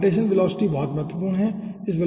saltation velocity बहुत महत्वपूर्ण है